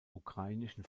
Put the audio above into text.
ukrainischen